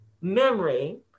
memory